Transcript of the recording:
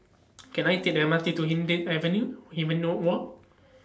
Can I Take The M R T to Hindhede Avenue Hui Me know Walk